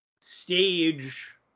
stage